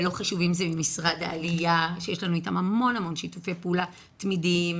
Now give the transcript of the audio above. ולא חשוב אם זה ממשרד העלייה שיש לנו איתם המון שיתופי פעולה תמידיים,